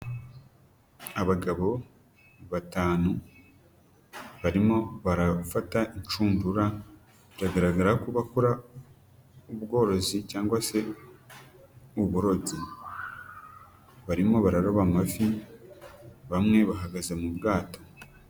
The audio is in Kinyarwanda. abagabo batanu barimo barafata inshundura biragaragara ko bakora ubworozi cyangwa se uburobyi barimo bararoba amafi bamwe bahagaze mu bwato.